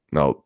Now